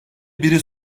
biri